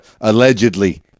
allegedly